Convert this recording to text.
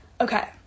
Okay